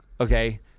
okay